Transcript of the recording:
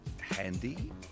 handy